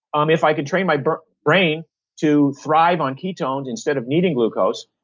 um if i can train my brain brain to thrive on ketones instead of needing glucose,